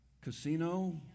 casino